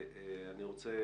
ואני רוצה,